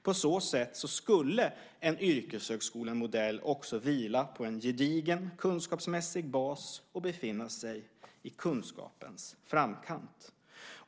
På så sätt skulle en yrkeshögskolemodell också vila på en gedigen kunskapsmässig bas och befinna sig i kunskapens framkant.